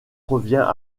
revient